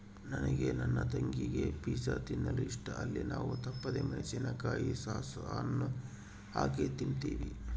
ನನಗೆ ನನ್ನ ತಂಗಿಗೆ ಪಿಜ್ಜಾ ತಿನ್ನಲು ಇಷ್ಟ, ಅಲ್ಲಿ ನಾವು ತಪ್ಪದೆ ಮೆಣಿಸಿನಕಾಯಿಯ ಸಾಸ್ ಅನ್ನು ಹಾಕಿ ತಿಂಬ್ತೀವಿ